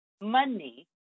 money